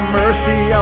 mercy